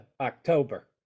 october